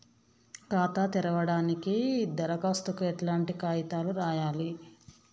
ఖాతా తెరవడానికి దరఖాస్తుకు ఎట్లాంటి కాయితాలు రాయాలే?